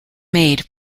made